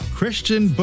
Christian